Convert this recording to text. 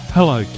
Hello